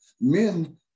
Men